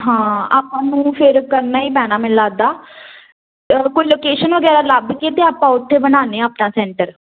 ਹਾਂ ਆਪਾਂ ਨੂੰ ਫਿਰ ਕਰਨਾ ਹੀ ਪੈਣਾ ਮੈਨੂੰ ਲੱਗਦਾ ਕੋਈ ਲੋਕੇਸ਼ਨ ਵਗੈਰਾ ਲੱਭ ਕੇ ਤਾਂ ਆਪਾਂ ਉੱਥੇ ਬਣਾਉਂਦੇ ਹਾਂ ਆਪਣਾ ਸੈਂਟਰ